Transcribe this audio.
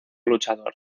luchador